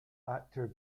actor